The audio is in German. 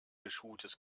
geschultes